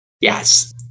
Yes